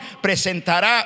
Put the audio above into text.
presentará